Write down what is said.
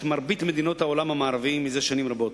מרבית מדינות העולם המערבי זה שנים רבות,